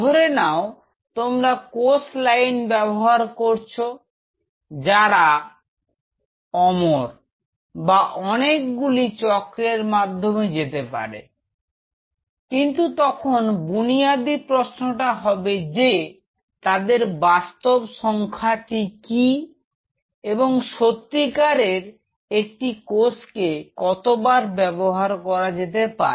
ধরে নাও তোমরা কোষ লাইন ব্যবহার করছ যারা অমর বা অনেকগুলি চক্রের মাধ্যমে যেতে পারে কিন্তু তখন বুনিয়াদি প্রশ্নটা হবে যে তাদের বাস্তব সংখ্যা টিকি এবং সত্তিকারের একটি কোষ কে কতবার ব্যবহার করা যেতে পারে